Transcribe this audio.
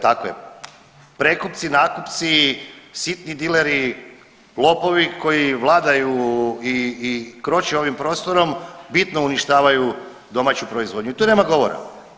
Tako je, prekupci, nakupci, siti dileri, lopovi koji vladaju i kroče ovim prostorom bitno uništavaju domaću proizvodnju i tu nema govora.